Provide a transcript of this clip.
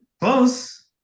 Close